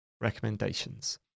recommendations